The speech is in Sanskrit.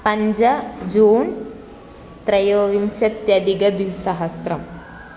पञ्च जून् त्रयोविंशत्यधिकद्विसहस्रम्